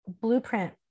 blueprint